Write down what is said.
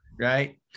right